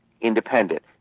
independent